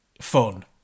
fun